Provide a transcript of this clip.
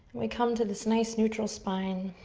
we come to this nice neutral spine.